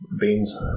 beans